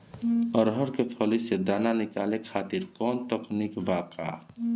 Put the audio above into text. अरहर के फली से दाना निकाले खातिर कवन तकनीक बा का?